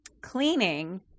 cleaning